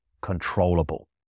controllable